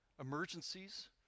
Emergencies